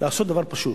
לעשות דבר פשוט.